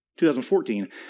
2014